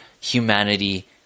humanity